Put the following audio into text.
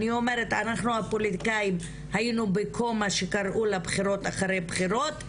אני אומרת אנחנו הפוליטיקאים היינו בכל מה שקראו לבחירות אחרי בחירות,